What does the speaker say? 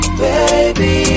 baby